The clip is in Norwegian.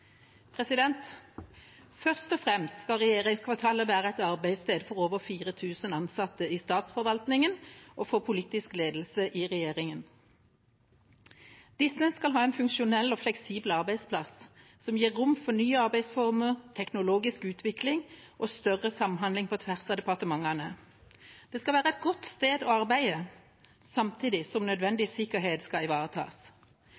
Først og fremst skal regjeringskvartalet være et arbeidssted for over 4 000 ansatte i statsforvaltningen og for politisk ledelse i regjeringen. Disse skal ha en funksjonell og fleksibel arbeidsplass som gir rom for nye arbeidsformer, teknologisk utvikling og større samhandling på tvers av departementene. Det skal være et godt sted å arbeide, samtidig som